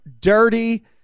dirty